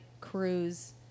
cruise